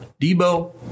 Debo